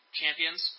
champions